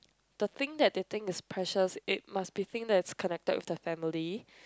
the thing that they think is precious it must be thing that is connect with the family